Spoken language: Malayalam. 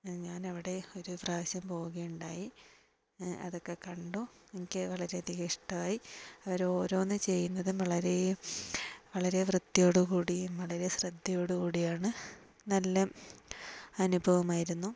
ഞാൻ അവിടെ ഒരു പ്രാവശ്യം പോവുകയുണ്ടായി അതൊക്കെ കണ്ടു എനിക്ക് വളരെയധികം ഇഷ്ടമായി അവരോരോന്നു ചെയ്യുന്നതും വളരേ വളരെ വൃത്തിയോടു കൂടിയും വളരെ ശ്രദ്ധയോടു കൂടിയും ആണ് നല്ല അനുഭവം ആയിരുന്നു